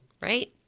right